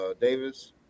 Davis